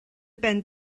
ben